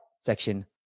section